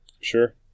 Sure